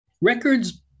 records